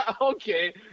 Okay